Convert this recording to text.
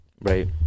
Right